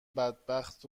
بدبخت